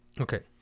Okay